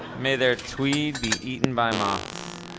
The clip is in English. may their tweed be eaten by moths,